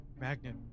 magnet